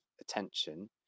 attention